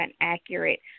accurate